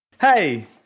Hey